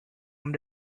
him